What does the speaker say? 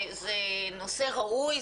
זה נושא ראוי.